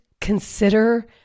consider